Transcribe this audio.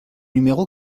numéro